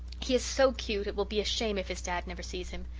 he is so cute, it will be a shame if his dad never sees him.